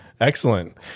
excellent